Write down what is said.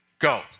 Go